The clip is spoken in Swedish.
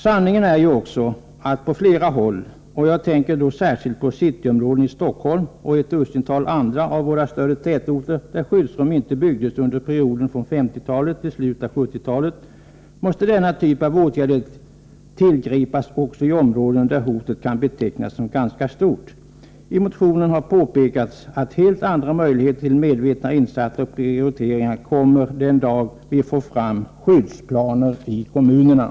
Sanningen är ju också att på flera håll, och jag tänker då särskilt på cityområdena i Stockholm och ett dussintal andra av våra största tätorter där skyddsrum inte byggdes under perioden från 50-talet till slutet av 70-talet, måste denna typ av åtgärder tillgripas också där hotet kan betecknas som ganska stort. I motionen har påpekats att helt andra möjligheter till medvetna insatser och prioriteringar öppnar sig den dag vi får fram skyddsplaner i kommunerna.